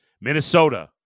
Minnesota